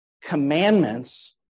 commandments